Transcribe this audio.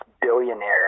billionaire